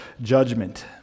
judgment